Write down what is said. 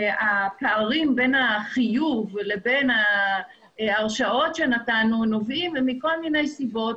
הפערים בין החיוב לבין ההרשאות שנתנו נובעים מכל מיני סיבות,